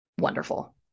wonderful